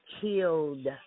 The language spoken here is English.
killed